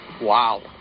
Wow